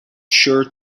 sure